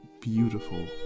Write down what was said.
beautiful